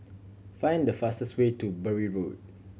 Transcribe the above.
find the fastest way to Bury Road